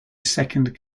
second